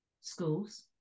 schools